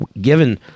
Given